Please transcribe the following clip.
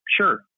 sure